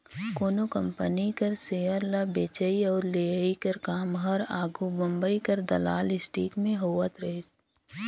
कोनो कंपनी कर सेयर ल बेंचई अउ लेहई कर काम हर आघु बंबई कर दलाल स्टीक में होवत रहिस